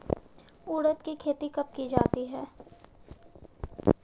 उड़द की खेती कब की जाती है?